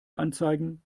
anzeigen